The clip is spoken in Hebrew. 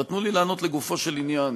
אבל תנו לי לענות לגופו של עניין,